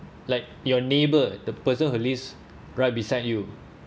like your neighbor the person who lives right beside you